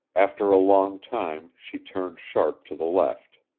after a long time she turned sharp to the left.